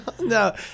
No